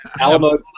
Alamo